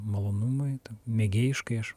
malonumui mėgėjiškai aš